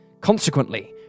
Consequently